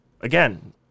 Again